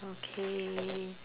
okay